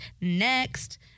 Next